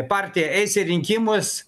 partija eis į rinkimus